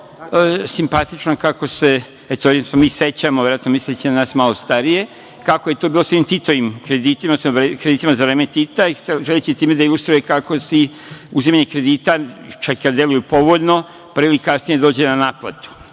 simpatično, kako se mi sećamo, verovatno misleći na nas malo starije, kako je to bilo sa onim Titovim kreditima, kreditima za vreme Tita, želeći time da ilustruje kako uzimanje kredita, čak i kad deluju povoljno, pre ili kasnije dođe na naplatu.